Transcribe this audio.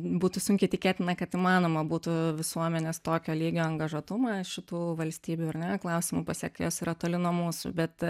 būtų sunkiai tikėtina kad įmanoma būtų visuomenės tokio lygio angažuotumą šitų valstybių ar ne klausimų pasekti jos yra toli nuo mūsų bet